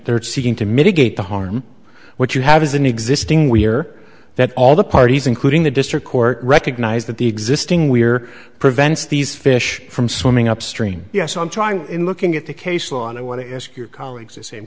action seeking to mitigate the harm what you have is an existing we're that all the parties including the district court recognize that the existing we're prevents these fish from swimming upstream yes i'm trying in looking at the case law and i want to ask your colleagues the same